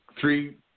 Three